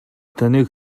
таныг